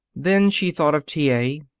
then she thought of t. a,